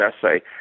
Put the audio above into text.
essay